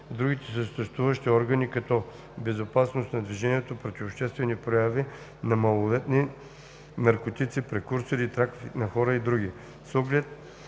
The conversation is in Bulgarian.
другите съществуващи органи, като безопасност на движението, противообществени прояви на малолетни, наркотици, прекурсури, трафик на хора и други.